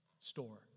store